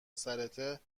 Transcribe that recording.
سرته